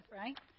right